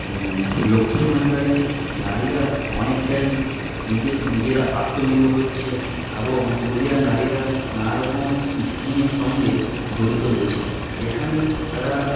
লক্ষ্মীর ভান্ডারে নারীরা অনেকটাই নিজের নিজেরা আত্মনির্ভর হচ্ছে এবং পুরুলিয়ার নারীরা নানা রকম ইস্কিমের সঙ্গে জড়িত রয়েছে যেখানেই তারা